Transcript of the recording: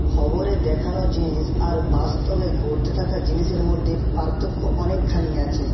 খবরে দেখানো জিনিস আর বাস্তবে ঘটতে থাকা জিনিসের মধ্যে পার্থক্য অনেকখানি আছে